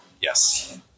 Yes